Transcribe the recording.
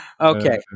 Okay